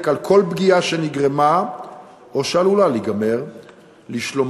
על כל פגיעה שנגרמה או שעלולה להיגרם לשלומו,